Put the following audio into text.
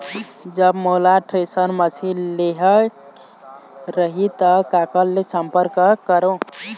जब मोला thresher machine लेहेक रही ता काकर ले संपर्क करों?